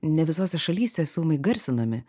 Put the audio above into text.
ne visose šalyse filmai garsinami